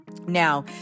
Now